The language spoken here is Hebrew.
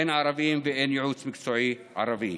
אין ערבים ואין יועץ מקצועי ערבי.